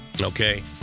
Okay